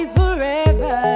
forever